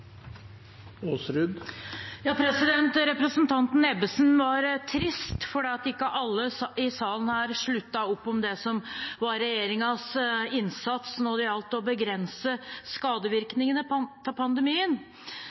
Representanten Ebbesen var trist fordi ikke alle i salen her sluttet opp om det som var regjeringens innsats når det gjaldt å begrense skadevirkningene av pandemien.